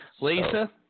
Lisa